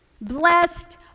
Blessed